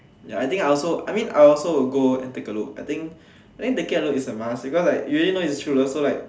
ya I think I also I mean I also will go and take a look I think taking a look is a must because like you already know is a true love so it's like